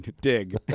Dig